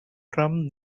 from